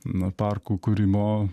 na parkų kūrimo